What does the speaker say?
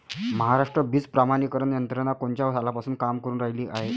महाराष्ट्रात बीज प्रमानीकरण यंत्रना कोनच्या सालापासून काम करुन रायली हाये?